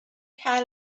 car